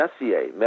Messier